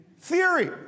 Theory